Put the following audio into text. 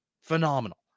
Phenomenal